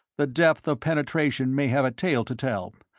the depth of penetration may have a tale to tell.